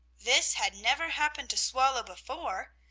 this had never happened to swallow before!